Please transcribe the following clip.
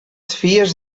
fies